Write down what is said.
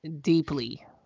deeply